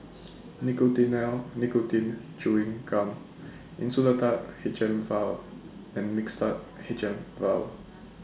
Nicotinell Nicotine Chewing Gum Insulatard H M Vial and Mixtard H M Vial